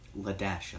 Ladasha